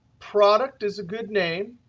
product is a good name.